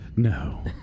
No